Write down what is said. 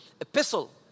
epistle